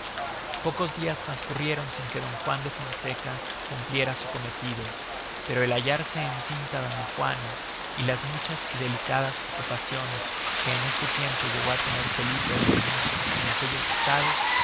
pocos dias transcurrieron sin que d juan de fonseca cumpliera su cometido pero el hallarse en cinta doña juana y las muchas y delicadas ocupaciones que en este tiempo llegó á tener felipe el hermoso en aquellos estados